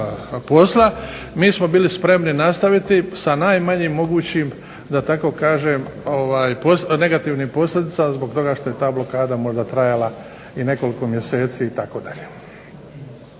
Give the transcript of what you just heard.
posla mi smo bili spremni nastaviti sa najmanjim mogućim da tako kažem negativnim posljedicama zbog toga što je ta blokada možda trajala i nekoliko mjeseci itd.